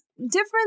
different